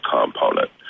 component